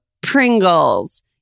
Pringles